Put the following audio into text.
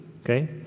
Okay